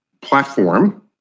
platform